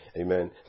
Amen